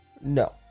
No